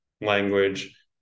language